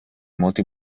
molti